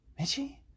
Mitchie